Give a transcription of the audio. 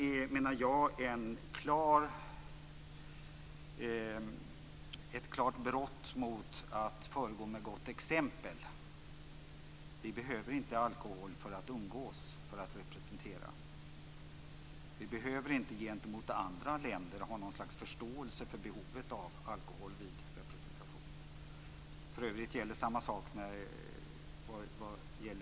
Det menar jag är ett klart brott mot att föregå med gott exempel. Vi behöver inte alkohol för att umgås, för att representera. Vi behöver inte ha någon slags förståelse gentemot andra länder för behovet av alkohol vid representation. För övrigt gäller samma sak rökning för min del.